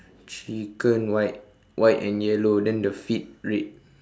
chicken white white and yellow then the feet red